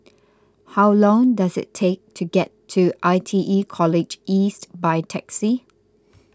how long does it take to get to I T E College East by taxi